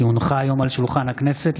כי הונחה היום על שולחן הכנסת,